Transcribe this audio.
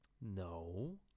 No